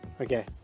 Okay